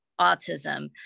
autism